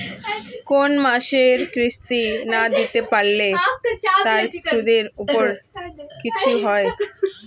কোন মাসের কিস্তি না দিতে পারলে তার সুদের উপর কিছু হয়?